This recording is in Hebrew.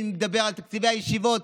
מי מדבר על תקציבי הישיבות,